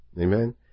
Amen